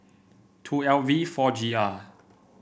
two L V four G R